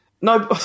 No